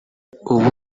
ubu